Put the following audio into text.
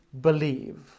believe